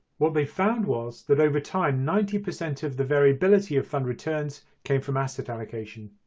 what they found was that over time ninety percent of the variability of fund returns came from asset allocation.